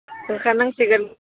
फोसाबनांसिगोन